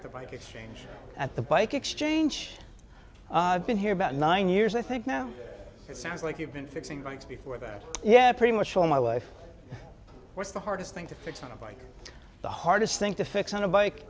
at the bike exchange at the bike exchange been here about nine years i think now it sounds like you've been fixing things before that yeah pretty much all my life what's the hardest thing to fix on a bike the hardest thing to fix on a bike